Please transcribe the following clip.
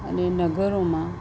અને નગરોમાં